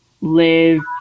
live